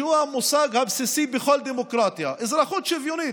שהוא המושג הבסיסי בכל דמוקרטיה, אזרחות שוויונית,